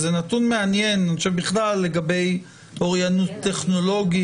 וזה נתון מעניין אני חושב בכלל לגבי אוריינות טכנולוגית.